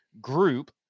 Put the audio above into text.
group